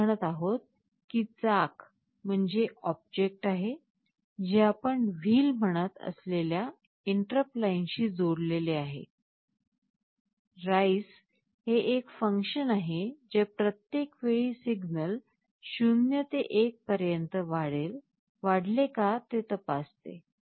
आपण असे म्हणत आहोत की चाक म्हणजे ऑब्जेक्ट आहे जे आपण "wheel" म्हणत असलेल्या इंटरप्ट लाइनशी जोडलेले आहे "rise" हे एक फंक्शन आहे जे प्रत्येक वेळी सिग्नल 0 ते 1 पर्यंत वाढले का ते तपासते